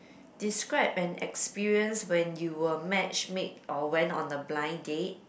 describe an experience when you were matchmade or went on a blind date